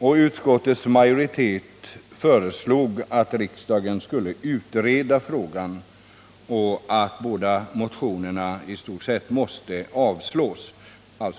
Trafikutskottets majoritet föreslog att frågan skulle utredas och att riksdagen skulle avslå